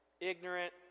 ignorant